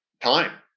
time